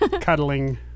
cuddling